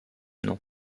nom